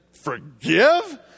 forgive